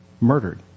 murdered